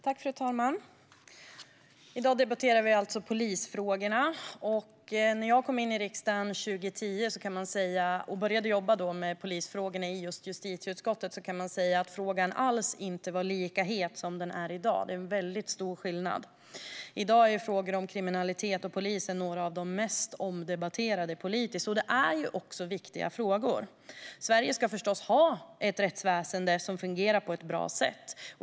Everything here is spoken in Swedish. Fru talman! I dag debatterar vi alltså polisfrågorna. När jag kom in i riksdagen 2010 och började jobba med polisfrågorna i justitieutskottet var frågan inte alls lika het som den är i dag. Det är en väldigt stor skillnad. I dag är ju de viktiga frågorna om kriminalitet och polisen några av de mest omdebatterade politiskt. Sverige ska förstås ha ett rättsväsen som fungerar på ett bra sätt.